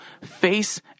face